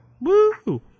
Woo